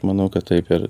manau kad taip ir